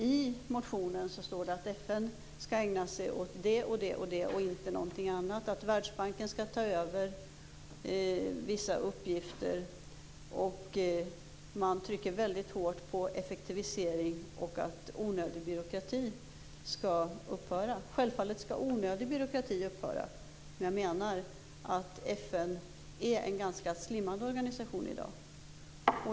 I motionen står det att FN skall ägna sig åt vissa saker och inte något annat. Världsbanken skall ta över vissa uppgifter. Man trycker hårt på effektivisering och att onödig byråkrati skall upphöra. Självfallet skall onödig byråkrati upphöra. Men jag menar att FN i dag är en slimmad organisation.